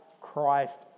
Christ